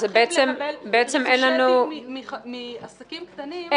בעצם אין לנו תחרות.